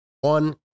One